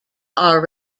are